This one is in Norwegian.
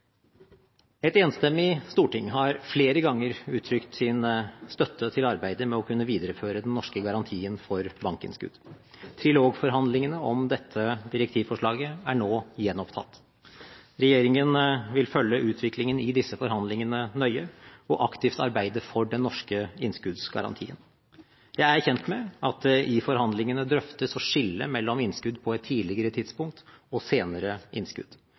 Et enstemmig storting har flere ganger uttrykt sin støtte til arbeidet med å kunne videreføre den norske garantien for bankinnskudd. Trilogforhandlingene om dette direktivforslaget er nå gjenopptatt. Regjeringen vil følge utviklingen i disse forhandlingene nøye og aktivt arbeide for den norske innskuddsgarantien. Jeg er kjent med at det i forhandlingene drøftes å skille mellom innskudd på et tidligere tidspunkt og senere innskudd.